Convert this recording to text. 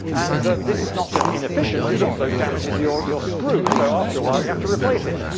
and this is not just inefficient, it also damages your your screw, so after a while you have to replace it.